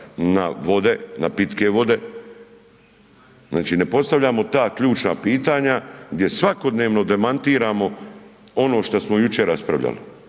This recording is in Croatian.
na vode, na pitke vode? Znači, ne postavljamo ta ključna pitanja gdje svakodnevno demantiramo ono šta smo jučer raspravljali.